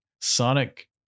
Sonic